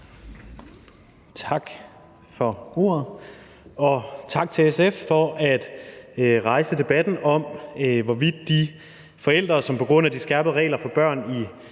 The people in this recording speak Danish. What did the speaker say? Tak for ordet, og tak til SF for at rejse debatten om, hvorvidt de forældre, som på grund af de skærpede regler for børn i